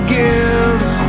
gives